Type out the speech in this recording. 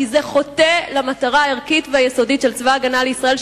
כי זה חוטא למטרה הערכית והיסודית של צבא-הגנה לישראל,